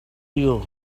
you